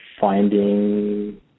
finding